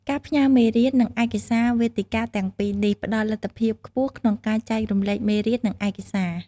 ការផ្ញើរមេរៀន និងឯកសារវេទិកាទាំងពីរនេះផ្តល់លទ្ធភាពខ្ពស់ក្នុងការចែករំលែកមេរៀន និងឯកសារ